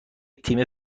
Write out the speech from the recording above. تیم